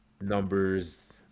numbers